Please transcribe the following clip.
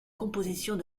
compositions